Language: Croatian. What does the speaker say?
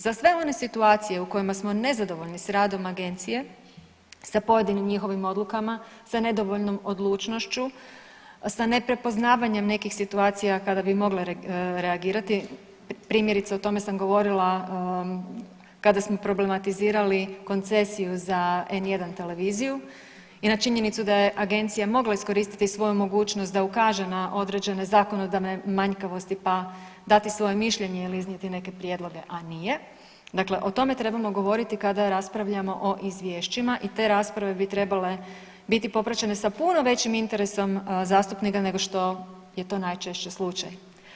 Za sve one situacije u kojima smo nezadovoljni s radom agencije, sa pojedinim njihovim odlukama, sa nedovoljnom odlučnošću, sa neprepoznavanjem nekih situacija kada bi mogle reagirati, primjerice o tome sam govorila kada smo problematizirali koncesiju za N1 televiziju i na činjenicu da je agencija mogla iskoristiti svoju mogućnost da ukaže na određene zakonodavne manjkavosti pa dati svoje mišljenje ili iznijeti neke prijedloge, a nije, dakle o tome trebamo govoriti kada raspravljamo o izvješćima i te rasprave bi trebale biti popraćene sa puno većim interesom zastupnika nego što je to najčešće slučaj.